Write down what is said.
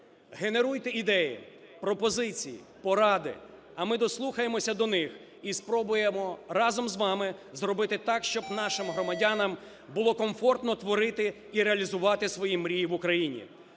Генеруйте ідеї, пропозиції, поради. А ми дослухаємось до них і спробуємо разом з вами зробити так, щоб нашим громадянам було комфортно творити і реалізувати свої мрії в Україні.